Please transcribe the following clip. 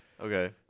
Okay